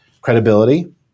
credibility